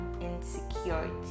insecurity